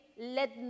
Let